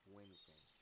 Wednesday